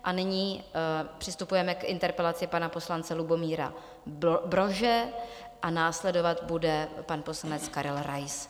A nyní přistupujeme k interpelaci pana poslance Lubomíra Brože a následovat bude pan poslanec Karel Rais.